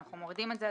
אנחנו מורידים את זה.